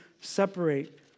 separate